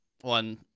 one